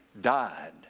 died